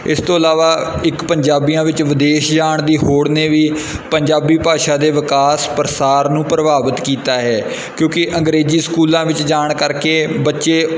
ਇਸ ਤੋਂ ਇਲਾਵਾ ਇਕ ਪੰਜਾਬੀਆਂ ਵਿਚ ਵਿਦੇਸ਼ ਜਾਣ ਦੀ ਹੋੜ ਨੇ ਵੀ ਪੰਜਾਬੀ ਭਾਸ਼ਾ ਦੇ ਵਿਕਾਸ ਪ੍ਰਸਾਰ ਨੂੰ ਪ੍ਰਭਾਵਿਤ ਕੀਤਾ ਹੈ ਕਿਉਂਕਿ ਅੰਗਰੇਜ਼ੀ ਸਕੂਲਾਂ ਵਿੱਚ ਜਾਣ ਕਰਕੇ ਬੱਚੇ